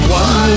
one